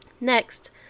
Next